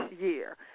year